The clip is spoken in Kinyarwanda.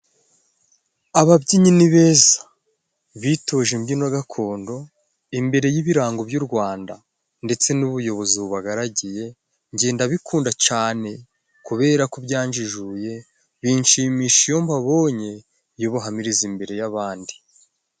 Ababyinnyi ni beza bitoje imbyino gakondo, imbere y'ibirango by'u Rwanda ndetse n'ubuyobozi bubagaragiye. Njye ndabikunda cane kubera ko byanjijuye, binshimisha iyo mbabonye iyo bahamiriza imbere y'abandi.